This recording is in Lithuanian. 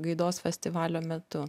gaidos festivalio metu